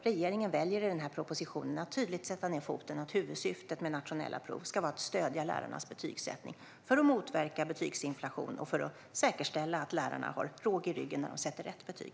Regeringen väljer i propositionen att tydligt sätta ned foten i fråga om att huvudsyftet med nationella prov ska vara att stödja lärarnas betygsättning för att motverka betygsinflation och för att säkerställa att lärarna har råg i ryggen när de sätter rätt betyg.